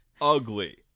ugly